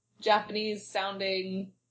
Japanese-sounding